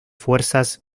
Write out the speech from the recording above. fuerzas